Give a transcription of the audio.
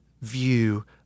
view